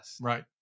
right